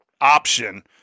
option